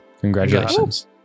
Congratulations